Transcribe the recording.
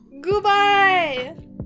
Goodbye